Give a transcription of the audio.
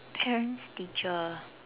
parents teacher